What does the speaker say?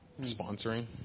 sponsoring